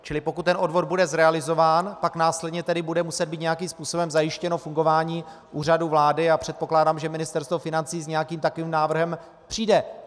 Čili pokud ten odvod bude zrealizován, pak následně bude muset být nějakým způsobem zajištěno fungování Úřadu vlády a předpokládám, že Ministerstvo financí s nějakým takovým návrhem přijde.